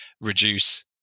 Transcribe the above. Reduce